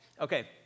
Okay